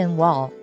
wall